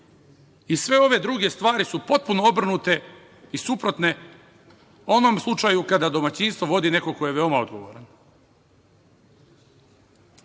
i sve ove druge stvari su potpuno obrnute i suprotne onom slučaju kada domaćinstvo vodi neko ko je veoma odgovoran. Imala